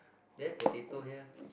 there potato here